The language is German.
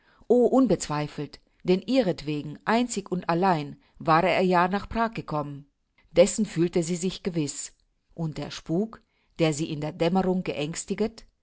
unbezweifelt denn ihretwegen einzig und allein war er ja nach prag gekommen dessen fühlte sie sich gewiß und der spuk der sie in der dämmerung geängstiget